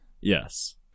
yes